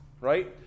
right